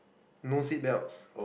no seat belts